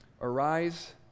arise